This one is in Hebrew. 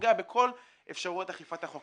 פוגע בכל אפשרויות אכיפת החוק.